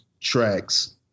tracks